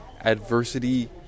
adversity